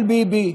אבל ביבי,